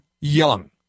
Young